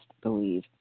believe